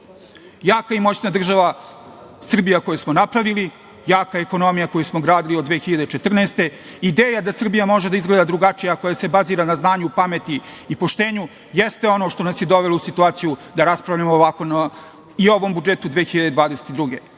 i moćna država Srbija koju smo napravili, jaka ekonomija koju smo gradili od 2014. godine. Ideja da Srbija može da izgleda drugačije, ako se bazira na znanju, pameti i poštenju, jeste ono što nas je dovelo u situaciju da raspravljamo ovako i o ovom budžetu za 2022.